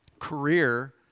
Career